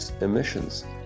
emissions